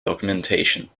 documentation